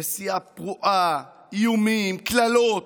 נסיעה פרועה, איומים, קללות,